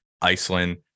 iceland